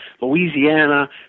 Louisiana